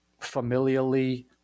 familially